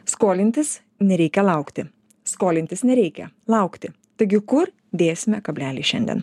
skolintis nereikia laukti skolintis nereikia laukti taigi kur dėsime kablelį šiandien